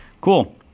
cool